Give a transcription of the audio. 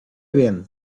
bien